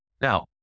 Now